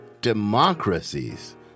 democracies